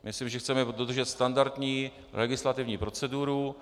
Myslím, že chceme dodržet standardní legislativní proceduru.